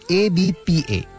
abpa